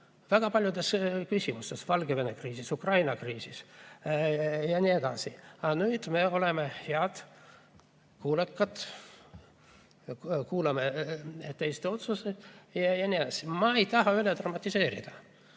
väga paljudes küsimustes, näiteks Valgevene kriisis, Ukraina kriisis jne. Aga nüüd me oleme head, kuulekad, kuulame teiste otsuseid jne. Ma ei taha üle dramatiseerida.